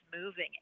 moving